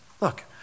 Look